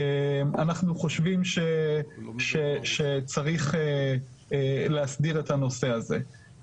אנחנו חושבים שצריך להסדיר את הנושא הזה.